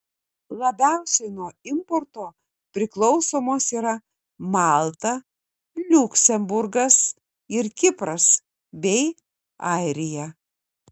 labiausiai nuo importo priklausomos yra malta liuksemburgas ir kipras bei airija